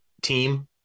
team